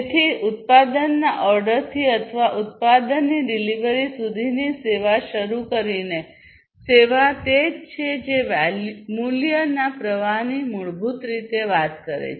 તેથી ઉત્પાદનના ઓર્ડરથી અથવા ઉત્પાદનની ડિલિવરી સુધીની સેવા શરૂ કરીને સેવા તે જ છે જે મૂલ્યના પ્રવાહની મૂળભૂત રીતે વાત કરે છે